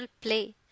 play